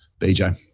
BJ